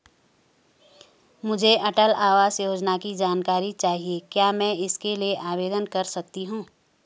मुझे अटल आवास योजना की जानकारी चाहिए क्या मैं इसके लिए आवेदन कर सकती हूँ?